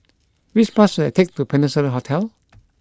which bus should I take to Peninsula Hotel